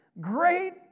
great